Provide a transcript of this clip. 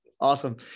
Awesome